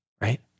right